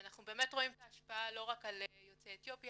אנחנו באמת רואים את ההשפעה לא רק על יוצאי אתיופיה